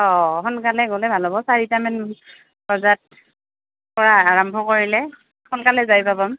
অঁ সোনকালে গ'লে ভাল হ'ব চাৰিটামান বজাত পৰা আৰম্ভ কৰিলে সোনকালে যাই পাব ম